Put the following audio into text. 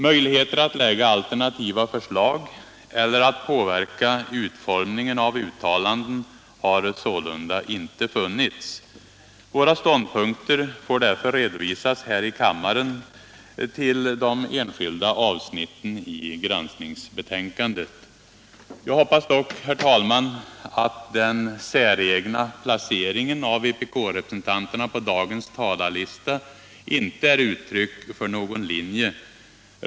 Möjligheter att framlägga alternativa förslag eller att påverka utformningen av uttalanden har sålunda inte funnits. Våra ståndpunkter får därför redovisas här i kammaren vid behandlingen av de enskilda avsnitten i granskningsbetänkandet. Jag hoppas dock, herr talman, att den säregna placeringen av vpk-representanterna på dagens talarlista inte är uttryck för någon viss linje.